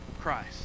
Christ